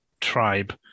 tribe